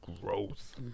growth